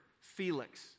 Felix